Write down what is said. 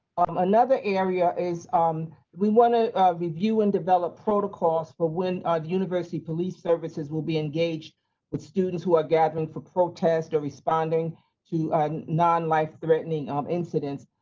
um another area is um we want to review and develop protocols for when the university police services will be engaged with students who are gathering for protests or responding to non life threatening um incidents.